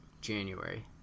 January